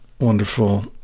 wonderful